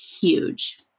huge